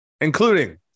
including